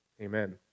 Amen